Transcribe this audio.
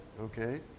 Okay